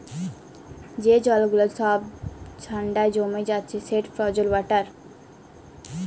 যে জল গুলা ছব ঠাল্ডায় জমে যাচ্ছে সেট ফ্রজেল ওয়াটার